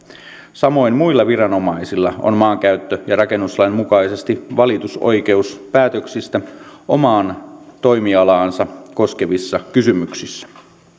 samoin muilla viranomaisilla on maankäyttö ja rakennuslain mukaisesti valitusoikeus päätöksistä omaa toimialaansa koskevissa kysymyksissä